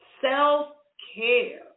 Self-care